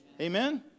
amen